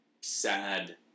sad